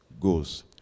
goes